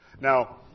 Now